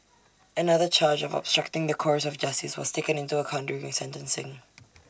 another charge of obstructing the course of justice was taken into account during A sentencing